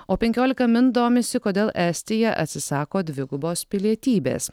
o penkiolika min domisi kodėl estija atsisako dvigubos pilietybės